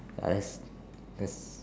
I just I just